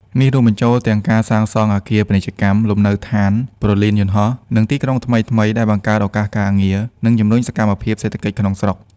នេះរួមបញ្ចូលទាំងការសាងសង់អគារពាណិជ្ជកម្ម លំនៅឋាន ព្រលានយន្តហោះ និងទីក្រុងថ្មីៗ ដែលបង្កើតឱកាសការងារ និងជំរុញសកម្មភាពសេដ្ឋកិច្ចក្នុងស្រុក។